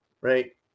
right